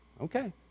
Okay